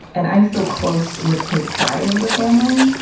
and i'm still close with his side of the family.